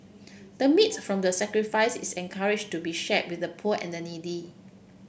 the meat from the sacrifice is encouraged to be shared with the poor and needy